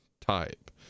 type